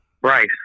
Bryce